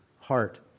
heart